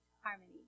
harmony